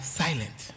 silent